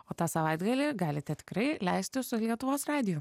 o tą savaitgalį galite tikrai leisti su lietuvos radiju